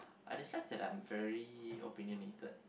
I dislike that I'm very opinionated